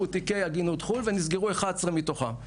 תיקי עגינות חו"ל ונסגרו 11 מתוכם.